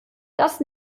das